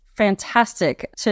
fantastic